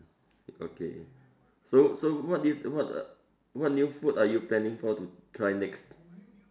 okay so so what new what uh what new food are you planning for to try next